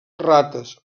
rates